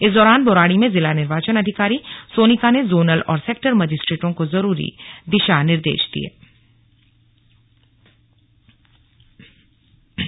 इस दौरान बौराड़ी में जिला निर्वाचन अधिकारी सोनिका ने जोनल और सैक्टर मजिस्ट्रेटों को जरूरी दिशा निर्देश दिये